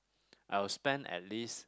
I will spend at least